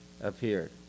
appeared